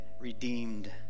redeemed